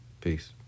Peace